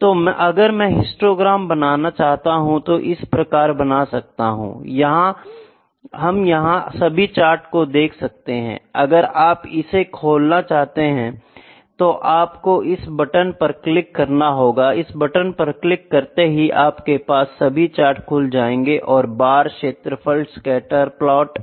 तो अगर मैं हिस्टोग्राम बनाना चाहता हूं तो इस प्रकार बना सकता हूं I हम यहां सभी चार्ट को देख सकते हैं I अगर आप इसे खोलना चाहते हैं तो आपको इस बटन पर क्लिक करना होगा इस बटन पर क्लिक करते ही आपके पास सभी चार्ट खुल जाएंगे तथा बार क्षेत्रफल स्कैटर प्लाट